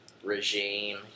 Regime